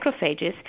macrophages